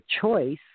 choice